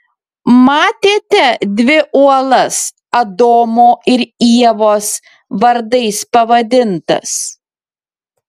matėte dvi uolas adomo ir ievos vardais pavadintas